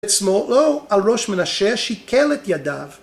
עצמו או על ראש מנשה שיקל את ידיו